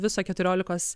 viso keturiolikos